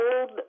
old